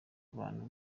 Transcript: abantu